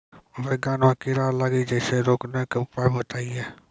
बैंगन मे कीड़ा लागि जैसे रोकने के उपाय बताइए?